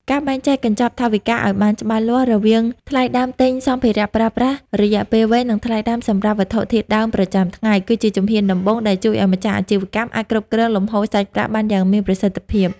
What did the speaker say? ការបែងចែកកញ្ចប់ថវិកាឱ្យបានច្បាស់លាស់រវាងថ្លៃដើមទិញសម្ភារៈប្រើប្រាស់រយៈពេលវែង និងថ្លៃដើមសម្រាប់វត្ថុធាតុដើមប្រចាំថ្ងៃ គឺជាជំហានដំបូងដែលជួយឱ្យម្ចាស់អាជីវកម្មអាចគ្រប់គ្រងលំហូរសាច់ប្រាក់បានយ៉ាងមានប្រសិទ្ធភាព។